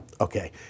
Okay